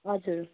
हजुर